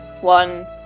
one